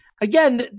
Again